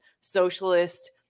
socialist